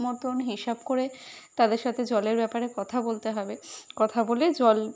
মতন হিসাব করে তাদের সাথে জলের ব্যাপারে কথা বলতে হবে কথা বলে জল